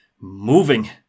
moving